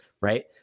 Right